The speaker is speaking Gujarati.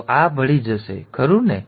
તો આ ભળી જશે ખરું ને